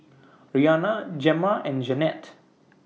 Rhianna Gemma and Jeannette